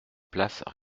place